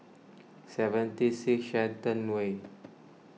seventy six Shenton Way